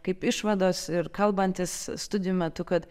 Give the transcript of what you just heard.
kaip išvados ir kalbantis studijų metu kad